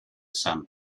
some